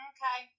Okay